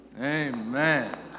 Amen